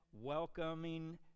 welcoming